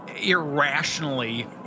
irrationally